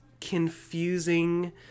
confusing